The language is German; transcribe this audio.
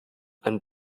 ein